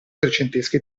trecentesca